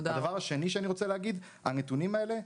הדבר השני שאני רוצה להגיד: הנתונים האלה,